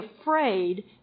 afraid